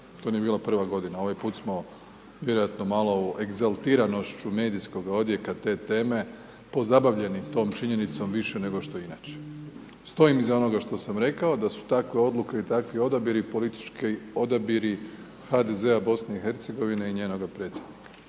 To nije bila prva godina. Ovaj put smo vjerojatno malo u egzaltiranošću medijskog odjeka te teme pozabavljeni tom činjenicom više nego što inače. Stojim iza onoga što sam rekao, da su takve odluke i takvi odabiri politički odabiri HDZ-a BiH-a i njenoga predsjednika.